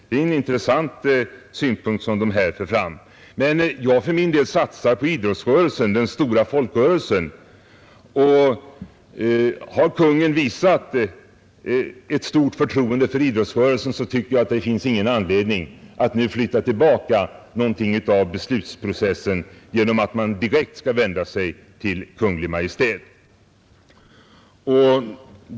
Det är en intressant synpunkt som de här för fram, men för min del satsar jag på idrottsrörelsen, den stora folkrörelsen, och om nu Kungl. Maj:t har visat ett stort förtroende för idrottsrörelsen tycker jag inte att det finns någon anledning att flytta tillbaka någonting av beslutsprocessen genom att man direkt skall vända sig till Kungl. Maj:t.